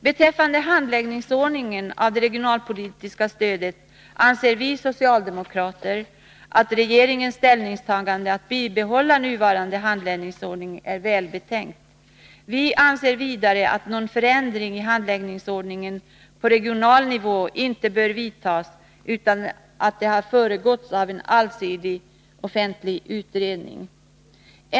Beträffande handläggningsordningen för det regionalpolitiska stödet anser vi socialdemokrater att regeringens ställningstagande, att man skall bibehålla nuvarande handläggningsordning, är välbetänkt. Vi anser vidare att någon förändring i handläggningsordningen på regional nivå inte bör företas utan att det har föregåtts av en allsidig offentlig utredning.